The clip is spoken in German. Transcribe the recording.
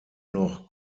noch